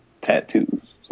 tattoos